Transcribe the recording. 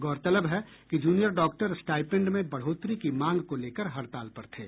गौरतलब है कि जूनियर डॉक्टर स्टाईपेंड में बढ़ोतरी की मांग को लेकर हड़ताल पर थे